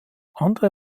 andere